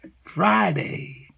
friday